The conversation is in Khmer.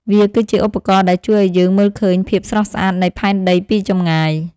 វាគឺជាឧបករណ៍ដែលជួយឱ្យយើងមើលឃើញភាពស្រស់ស្អាតនៃផែនដីពីចម្ងាយ។